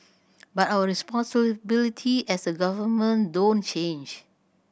but our responsibility as a government don't change